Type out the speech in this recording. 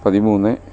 പതിമൂന്ന്